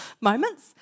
moments